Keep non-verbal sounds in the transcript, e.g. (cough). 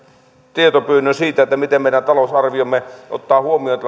tietopyynnön siitä miten meidän talousarviomme ottaa huomioon (unintelligible)